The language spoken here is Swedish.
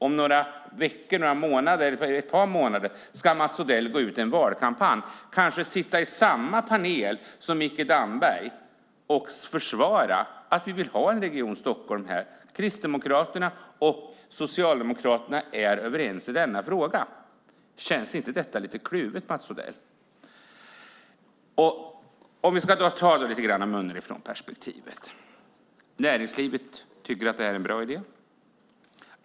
Om ett par månader ska Mats Odell gå ut i en valkampanj och kanske sitta i samma panel som Mikael Damberg och försvara att vi vill ha Region Stockholm här. Kristdemokraterna och Socialdemokraterna är överens i denna fråga. Känns inte detta lite kluvet, Mats Odell? Låt mig säga något om underifrånperspektivet. Näringslivet tycker att det här är en bra idé.